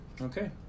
Okay